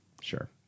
Sure